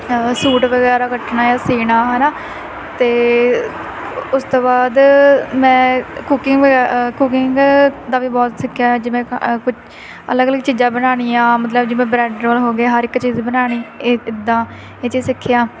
suit ਵਗੈਰਾ ਕੱਟਣਾ ਜਾਂ ਸੀਣਾ ਹੈ ਨਾ ਅਤੇ ਉਸ ਤੋਂ ਬਾਅਦ ਮੈਂ ਕੁਕਿੰਗ ਵਗੈ ਕੁਕਿੰਗ ਦਾ ਵੀ ਬਹੁਤ ਸਿੱਖਿਆ ਹੈ ਜਿਵੇਂ ਕ ਕੋ ਅਲੱਗ ਅਲੱਗ ਚੀਜ਼ਾਂ ਬਣਾਉਣੀਆਂ ਮਤਲਬ ਜਿਵੇਂ ਬ੍ਰੈੱਡ ਰੋਲ ਹੋ ਗਏ ਹਰ ਇੱਕ ਚੀਜ਼ ਬਣਾਉਣੀ ਇ ਇੱਦਾਂ ਇਹ ਚੀਜ਼ ਸਿੱਖੀਆਂ